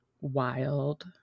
wild